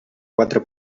quatre